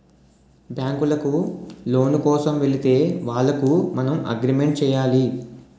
బ్యాంకులకు లోను కోసం వెళితే వాళ్లకు మనం అగ్రిమెంట్ చేయాలి